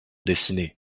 dessinée